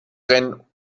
rennen